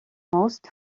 most